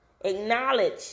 acknowledge